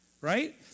Right